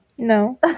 No